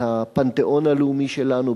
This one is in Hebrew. והפנתיאון הלאומי שלנו,